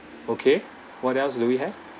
okay what else do we have